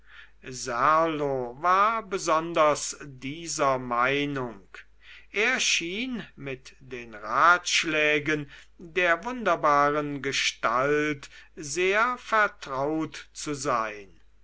serlo war besonders dieser meinung er schien mit den ratschlägen der wunderbaren gestalt sehr vertraut zu sein